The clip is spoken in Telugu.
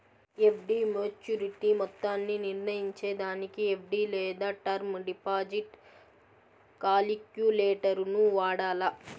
ఎఫ్.డి మోచ్యురిటీ మొత్తాన్ని నిర్నయించేదానికి ఎఫ్.డి లేదా టర్మ్ డిపాజిట్ కాలిక్యులేటరును వాడాల